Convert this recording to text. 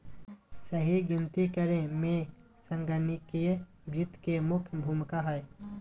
सही गिनती करे मे संगणकीय वित्त के मुख्य भूमिका हय